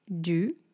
Du